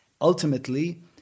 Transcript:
Ultimately